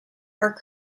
are